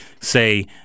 say